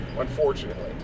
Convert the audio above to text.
unfortunately